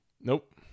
Nope